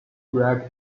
greg